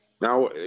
Now